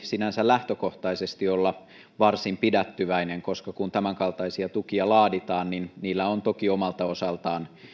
sinänsä kannattaisi lähtökohtaisesti olla varsin pidättyväinen koska kun tämänkaltaisia tukia laaditaan niin niillä on toki omalta osaltaan